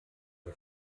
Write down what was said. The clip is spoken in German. der